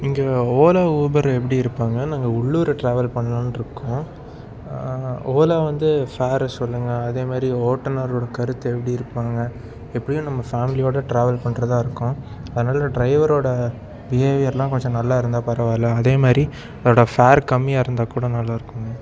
இங்கே ஓலா ஊபர் எப்படி இருப்பாங்க நாங்கள் உள்ளூர் ட்ராவல் பண்லாம்னு இருக்கோம் ஓலா வந்து ஃபேர் சொல்லுங்கள் அதேமாதிரி ஓட்டுநரோட கருத்து எப்படி இருப்பாங்க எப்படியும் நம்ம ஃபேம்லியோடு ட்ராவல் பண்ணுறதா இருக்கோம் அதனால் டிரைவரோட பிஹேவியர்லாம் கொஞ்சம் நல்லா இருந்தால் பரவாயில்ல அதேமாதிரி அதோட ஃபேர் கம்மியாக இருந்தால் கூட நல்லாயிருக்குங்க